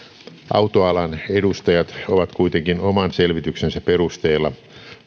autoalan edustajat ovat kuitenkin oman selvityksensä perusteella